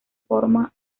forma